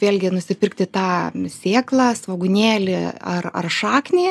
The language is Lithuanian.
vėlgi nusipirkti tą sėklą svogūnėlį ar ar šaknį